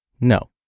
No